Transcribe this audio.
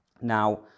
Now